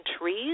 trees